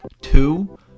Two